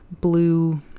blue